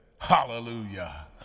hallelujah